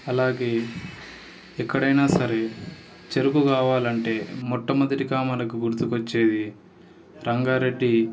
అలాగే ఎక్కడైనా సరే చెరుకు కావాలంటే మొట్టమొదటిగా మనకి గుర్తుకొచ్చేది రంగారెడ్డి